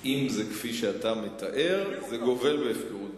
אם זה כפי שאתה מתאר, זה גובל בהפקרות ביטחונית.